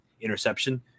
interception